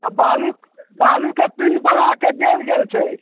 तऽ बालू बालूके पिण्ड बनाके देल गेल छै